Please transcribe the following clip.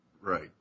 Right